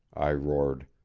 i roared,